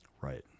Right